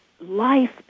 life